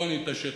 בוא נתעשת.